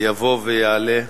יבוא ויעלה,